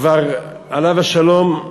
כבר עליו השלום,